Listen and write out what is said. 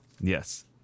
yes